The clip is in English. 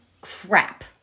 crap